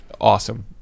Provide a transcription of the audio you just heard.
awesome